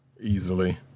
Easily